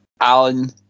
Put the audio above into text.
Alan